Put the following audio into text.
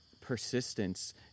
persistence